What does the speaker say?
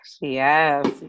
yes